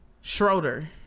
Schroeder